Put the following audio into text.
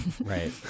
right